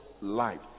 life